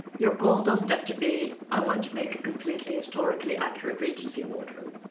your goal doesn't have to be i want to make a completely historically accurate regency wardrobe.